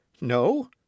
No